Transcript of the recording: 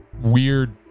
weird